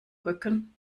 rücken